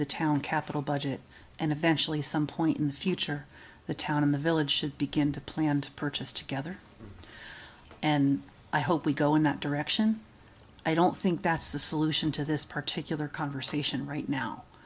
the town capital budget and eventually some point in the future the town and the village should begin to planned purchase together and i hope we go in that direction i don't think that's the solution to this particular conversation right now